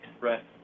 Right